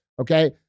okay